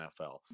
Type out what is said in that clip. NFL